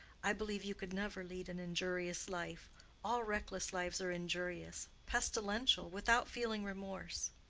i believe you could never lead an injurious life all reckless lives are injurious, pestilential without feeling remorse.